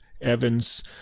Evans